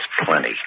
plenty